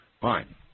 Fine